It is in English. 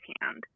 hand